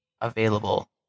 available